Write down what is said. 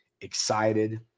excited